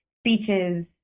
speeches